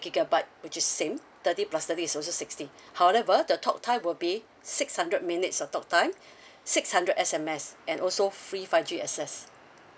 gigabyte which is same thirty plus thirty is also sixty however the talk time will be six hundred minutes of talk time six hundred S_M_S and also free five G access